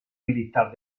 militar